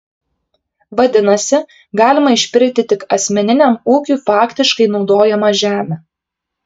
vadinasi galima išpirkti tik asmeniniam ūkiui faktiškai naudojamą žemę